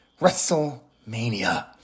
WrestleMania